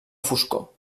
foscor